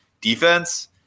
defense